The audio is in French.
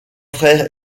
frères